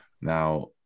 Now